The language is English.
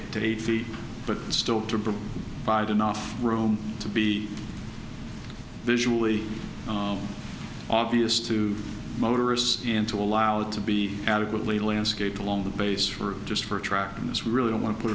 to eight feet but still to bide enough room to be visually obvious to motorists in to allow to be adequately landscape along the base for just for a track and it's really don't want to put